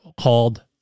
called